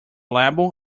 label